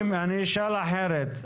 אני אשאל אחרת,